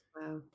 wow